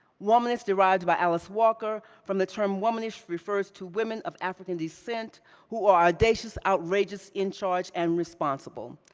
womanist, derived by alice walker, from the term womanish, refers to women of african descent who are audacious, outrageous, in charge and responsibile.